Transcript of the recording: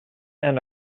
and